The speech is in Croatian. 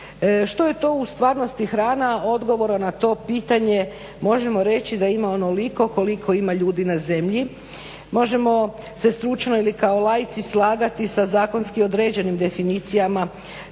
Što je to u stvarnosti hrana? Odgovora na to pitanje možemo reći da ima onoliko koliko ima ljudi na zemlji. Možemo s stručno ili kao laici slagati sa zakonski određenim definicijama